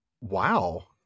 Wow